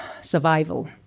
survival